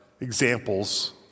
examples